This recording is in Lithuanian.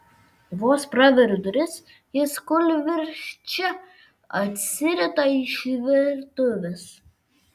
vos praveriu duris jis kūlvirsčia atsirita iš virtuvės